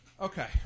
Okay